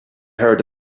heard